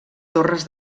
torres